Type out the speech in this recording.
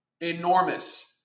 Enormous